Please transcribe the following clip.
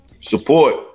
support